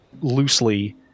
loosely